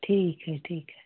ठीक है ठीक है